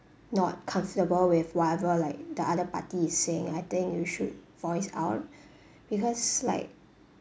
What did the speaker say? not comfortable with whatever like the other party is saying I think you should voice out because like